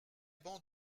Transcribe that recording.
bancs